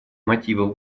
мотивов